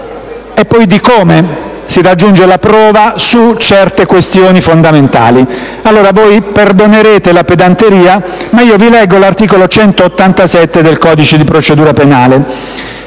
e di come si raggiunge la prova su certe questioni fondamentali. Perdonate dunque la pedanteria, ma vi leggo l'articolo 187 del codice di procedura penale,